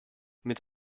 mit